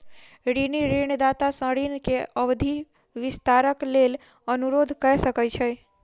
ऋणी ऋणदाता सॅ ऋण के अवधि विस्तारक लेल अनुरोध कय सकै छै